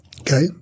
Okay